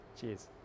Cheers